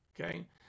Okay